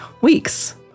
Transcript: weeks